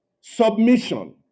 Submission